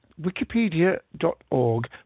wikipedia.org